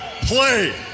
play